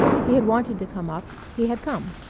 he had wanted to come up, he had come.